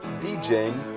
DJing